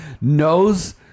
knows